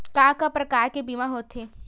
का का प्रकार के बीमा होथे?